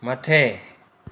मथे